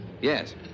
Yes